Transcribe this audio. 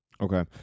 okay